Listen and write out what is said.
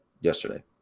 yesterday